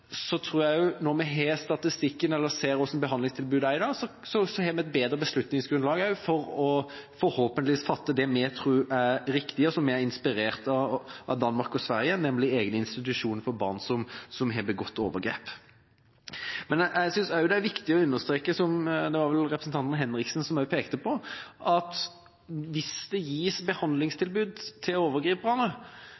når vi har statistikken eller ser hvordan behandlingstilbudet er i dag, har vi et bedre beslutningsgrunnlag også for forhåpentligvis å fatte det vedtaket vi tror er riktig, og som er inspirert av Danmark og Sverige, nemlig egne institusjoner for barn som har begått overgrep. Men jeg synes også det er viktig å understreke, som vel representanten Henriksen også pekte på, at hvis det gis